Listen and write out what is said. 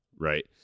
right